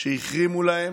שהחרימו להם,